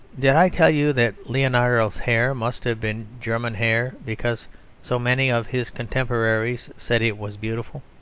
did i tell you that leonardo's hair must have been german hair, because so many of his contemporaries said it was beautiful?